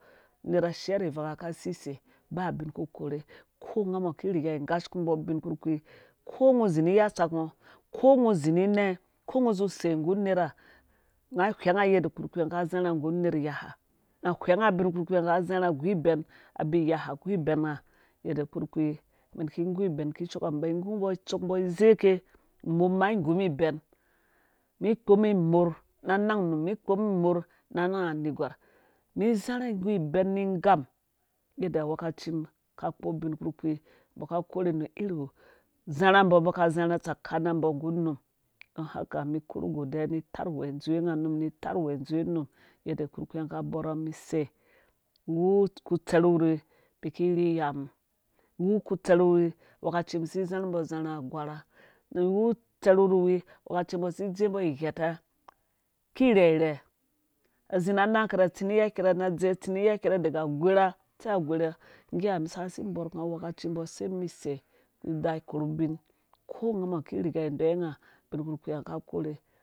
Uner ashiari ivang unga ka sisei ba ubin ku ukure kɔɔ ungamɔ kiriga ingashku umbɔ ubin kpurkpi ko ungo uzi ni ya utsakngo ko ungo uzi ni inɛ ko ungo uzi usei nggu unera unga ihwɛnga yende kpurkpi unga ka izarha nggu uner iya ha unga ahwɛnga ubin kpurkpi unga ki izarha aguibɛn abiiya ha agu ibɛn unga yede kurki umɛn ki ingũ ibɛn kishookamɛn inba igu umbo itsok umbɔ izeke umum ma igumum ibɛn mi ikpomum imorh na anang unum mi ikpomum imorh na anang aneywar mi izarha igu ibɛn ni ingam yede awaka cim ka kpo ubinkpurkpi umbo ikore nu iru uzarha unbɔ ku zarha tsaka nambɔ nggu unum don haka mi ikoru go diya ni itarwɛɛ indzowe unga yede kpurkpi unga aka abara umum isei iwu kutserwi awakaci mbɔ si idzembo iyeta kina rhɛrhe azi na anang kɛre atsi ni iyakɛrɛ adze atsi ni iya kɛrɛ dega adwɛrha sai agwerha ngge ha umum sasi ibɔrku awa kacim umbɔ aseimbɔsei ki riga indeyiwe ungo ubinkpurkpi ung ka ikore